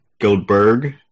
Goldberg